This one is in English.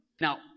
Now